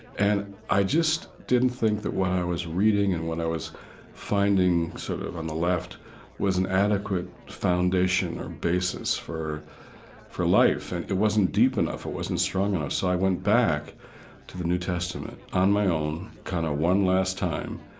and i just didn't think that what i was reading and what i was finding, sort of, on the left was an adequate foundation or basis for for life, and it wasn't deep enough. it wasn't strong enough. so i went back to the new testament on my own, kind of one last time,